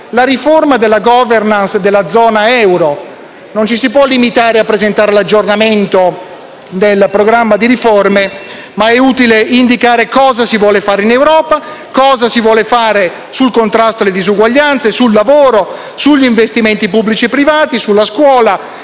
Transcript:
la riforma della *governance* della zona euro. Non ci si può limitare a presentare l'aggiornamento del programma di riforme, ma è utile indicare cosa si vuole fare in Europa, cosa si vuole fare sul contrasto alle disuguaglianze, sul lavoro sugli investimenti pubblici e privati, sulla scuola